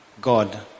God